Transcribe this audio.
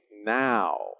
now